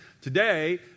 Today